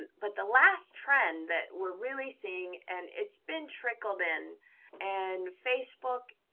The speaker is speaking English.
and but the last trend that we're really seeing and it's been trickled in and facebook,